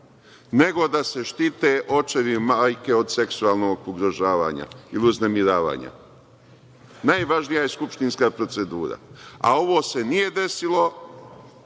nego da se štite očevi i majke od seksualnog ugrožavanja i uznemiravanja. Najvažnija je skupštinska procedura, a ovo se nije desilo.